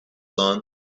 son